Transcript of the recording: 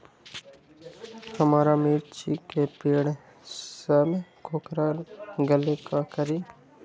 हमारा मिर्ची के पेड़ सब कोकरा गेल का करी?